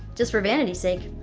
just for vanity's sake.